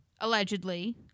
allegedly